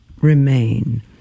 remain